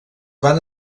van